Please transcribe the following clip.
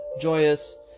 joyous